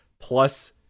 plus